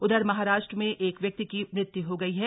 उधर महाराष्ट्र में एक व्यक्ति की मृत्यु हो गई है